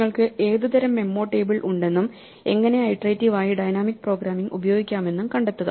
നിങ്ങൾക്ക് ഏതുതരം memo table ഉണ്ടെന്നും എങ്ങനെ ഐട്രേറ്റിവ് ആയി ഡൈനാമിക് പ്രോഗ്രാമിംഗ് ഉപയോഗിക്കാമെന്നും കണ്ടെത്തുക